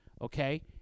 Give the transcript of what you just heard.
Okay